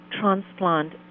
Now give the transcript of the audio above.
transplant